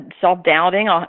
self-doubting